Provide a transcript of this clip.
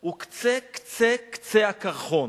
הוא קצה קצה הקרחון,